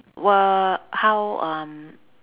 w~ how um